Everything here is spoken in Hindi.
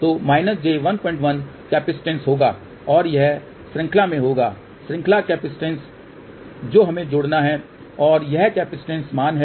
तो j11 कैपेसिटेंस होगा और यह श्रृंखला में होगा श्रृंखला कैपेसिटेंस जो हमें जोड़ना है और यह कैपेसिटेंस मान है